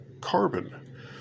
carbon